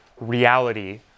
reality